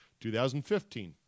2015